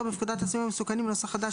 בפקודת הסמים המסוכנים [נוסח חדש],